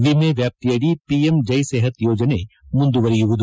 ವಿಮೆ ವ್ಯಾಪ್ತಿಯಡಿ ಪಿಎಂ ಜಯ್ ಸೆಹತ್ ಯೋಜನೆ ಮುಂದುವರೆಯಲಿದೆ